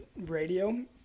radio